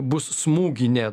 bus smūginė